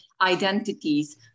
identities